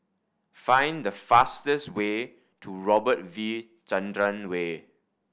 find the fastest way to Robert V Chandran Way